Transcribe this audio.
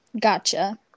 Gotcha